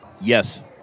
Yes